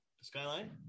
skyline